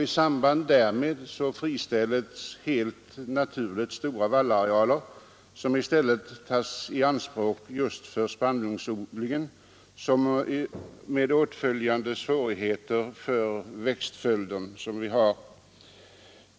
I samband därmed friställs helt naturligt stora vallarealer, som i stället tas i anspråk just för spannmålsodling med åtföljande svårigheter för växtföljden.